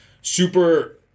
super